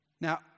Now